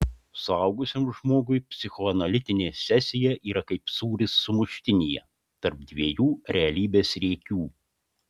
suaugusiam žmogui psichoanalitinė sesija yra kaip sūris sumuštinyje tarp dviejų realybės riekių